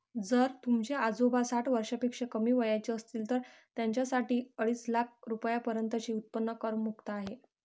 जर तुमचे आजोबा साठ वर्षापेक्षा कमी वयाचे असतील तर त्यांच्यासाठी अडीच लाख रुपयांपर्यंतचे उत्पन्न करमुक्त आहे